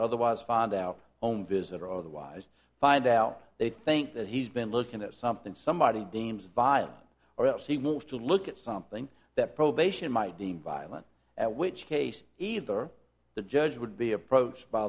otherwise found out on visit or otherwise find out they think that he's been looking at something somebody deems violent or else he moves to look at something that probation might be violent at which case either the judge would be approached by